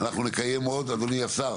אנחנו נקיים עוד, אדוני השר.